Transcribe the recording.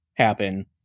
Happen